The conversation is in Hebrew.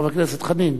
חבר הכנסת חנין.